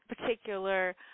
particular